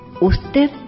usted